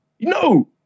No